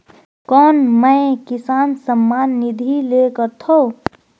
कौन मै किसान सम्मान निधि ले सकथौं?